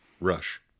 Rush